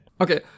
Okay